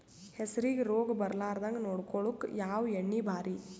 ಹೆಸರಿಗಿ ರೋಗ ಬರಲಾರದಂಗ ನೊಡಕೊಳುಕ ಯಾವ ಎಣ್ಣಿ ಭಾರಿ?